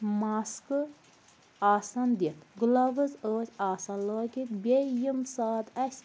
ماسکہٕ آسان دِتھ گٕلاوٕز ٲسۍ آسان لٲگِتھ بیٚیہِ یِیٚمہِ ساتہٕ اسہِ